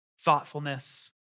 thoughtfulness